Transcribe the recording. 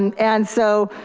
and and so,